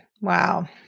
Wow